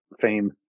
fame